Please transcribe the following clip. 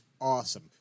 awesome